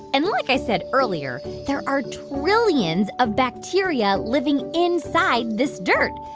and like i said earlier, there are trillions of bacteria living inside this dirt.